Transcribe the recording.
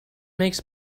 makes